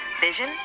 vision